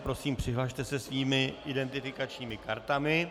Prosím, přihlaste se svými identifikačními kartami.